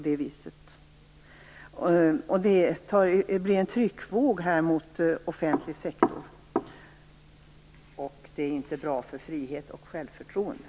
Det blir en tryckvåg mot offentlig sektor, vilket inte är bra för friheten och självförtroendet.